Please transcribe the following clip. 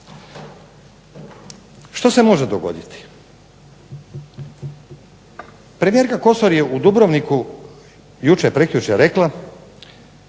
Što se može dogoditi? Premijerka Kosor je u Dubrovniku jučer, prekjučer rekla